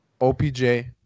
OPJ